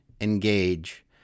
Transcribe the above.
engage